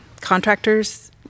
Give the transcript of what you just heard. contractors